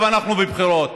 עכשיו אנחנו בבחירות.